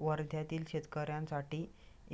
वर्ध्यातील शेतकऱ्यांसाठी